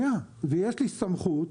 יש לי סמכות,